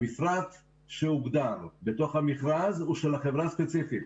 המפרט שהוגדר בתוך המכרז הוא של החברה הספציפית.